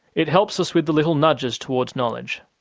it helps us with the little nudges towards knowledge.